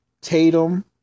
Tatum